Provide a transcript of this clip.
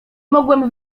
mogłem